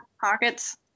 pockets